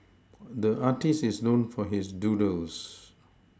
the artist is known for his doodles